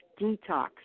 detox